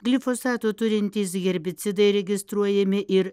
glifosato turintys herbicidai registruojami ir